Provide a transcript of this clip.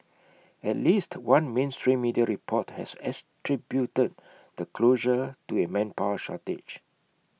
at least one mainstream media report has attributed the closure to A manpower shortage